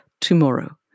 tomorrow